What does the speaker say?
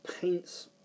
paints